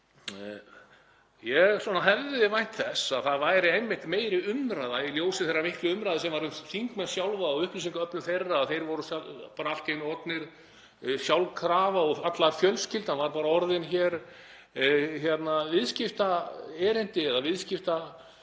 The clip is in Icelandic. Ég hefði vænt þess að það væri einmitt meiri umræða í ljósi þeirrar miklu umræðu sem var um þingmenn sjálfa og upplýsingaöflun þeirra, að þeir voru bara allt í einu orðnir sjálfkrafa og fjölskyldan var bara orðin hér viðskiptaerindi eða viðskiptatækifæri